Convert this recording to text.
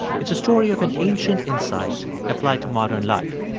it's a story of an ancient insight applied to modern life.